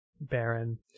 baron